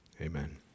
Amen